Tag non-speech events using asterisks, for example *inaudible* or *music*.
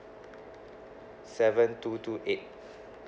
seven two two eight *breath*